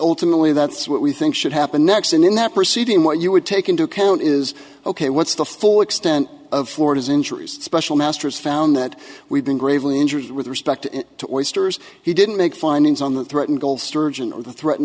ultimately that's what we think should happen next and in that proceeding what you would take into account is ok what's the full extent of florida's injuries special masters found that we've been gravely injured with respect to oysters he didn't make findings on the threatened gold sturgeon or the threatened